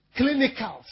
clinicals